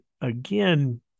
again